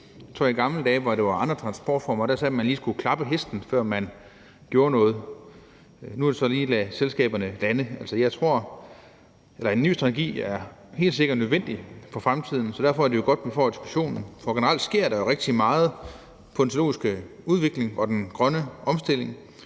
Jeg tror, at i gamle dage, hvor det var andre transportformer, sagde man, at man lige skulle klappe hesten, før man gjorde noget. Nu vil vi så lige lade selskaberne lande. En ny strategi er helt sikkert nødvendig for fremtiden, så derfor er det jo godt, at vi får diskussionen, for generelt sker der jo rigtig meget inden for den teknologiske udvikling og den grønne omstilling.